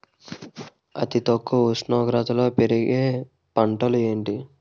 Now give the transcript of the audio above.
అతి తక్కువ ఉష్ణోగ్రతలో పెరిగే పంటలు ఏంటి?